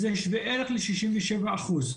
שזה שווה ערך לשישים ושבעה אחוז,